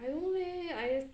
I don't know leh I